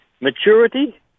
maturity